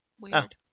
Weird